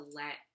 let